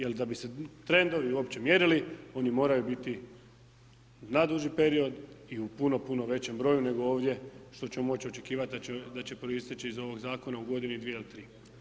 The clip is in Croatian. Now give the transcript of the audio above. Jer da bi se trendovi uopće mjerili oni moraju biti na duži period i u puno, puno većem broju, nego ovdje što ćemo moći očekivati da će proisteći iz ovoga zakona u godini, dvije ili tri.